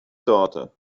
daughter